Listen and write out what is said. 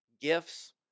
gifts